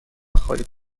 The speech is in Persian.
خواهید